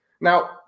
Now